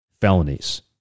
felonies